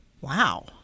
Wow